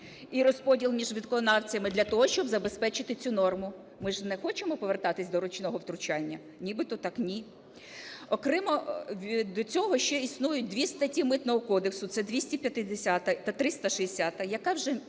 і розподіл між виконавцями для того, щоб забезпечити цю норму. Ми ж не хочемо повертатися до ручного втручання? Нібито так ні. Окремо від цього ще існують дві статті Митного кодексу – це 250-а та 360-а, яка вже